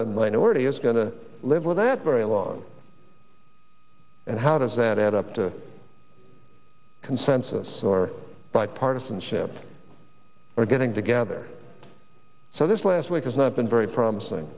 the minority is going to live with that very long and how does that add up to consensus or bipartisanship or getting together so this last week has not been very promising